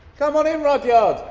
come on in, rudyard.